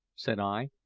said i.